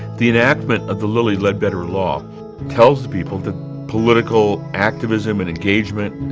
the enactment of the lilly ledbetter law tells the people that political activism and engagement